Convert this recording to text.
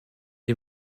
est